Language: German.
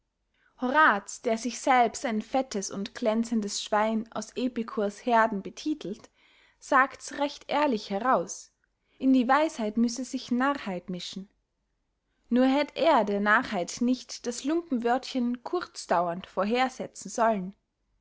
horaz der sich selbst ein fettes und glänzendes schwein aus epikurs heerden betittelt sagts recht ehrlich heraus in die weisheit müsse sich narrheit mischen nur hätt er der narrheit nicht das lumpenwörtchen kurzdaurend vorhersetzen sollen